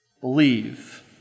Believe